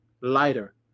lighter